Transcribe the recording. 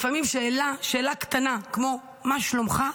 לפעמים שאלה קטנה כמו "מה שלומך?"